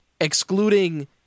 excluding